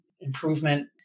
improvement